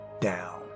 down